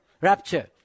Rapture